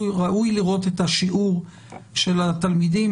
ראוי לראות את השיעור של התלמידים.